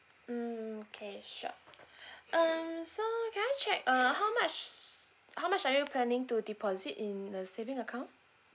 mm okay sure um so can I check uh how much how much are you planning to deposit in a savings account